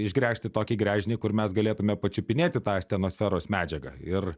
išgręžti tokį gręžinį kur mes galėtume pačiupinėti tą astenosferos medžiagą ir